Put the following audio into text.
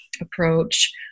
approach